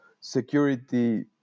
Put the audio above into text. security